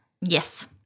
Yes